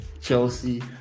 Chelsea